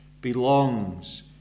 belongs